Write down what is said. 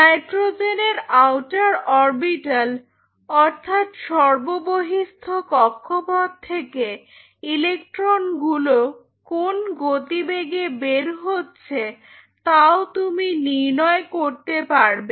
নাইট্রোজেনের outer orbital অর্থাৎ সর্ববহিস্থ কক্ষপথ থেকে ইলেকট্রনগুলো কোন গতিবেগে বের হচ্ছে তাও তুমি নির্ণয় করতে পারবে